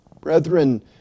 Brethren